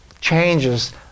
changes